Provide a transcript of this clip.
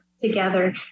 together